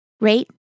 rate